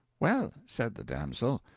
well, said the damsel,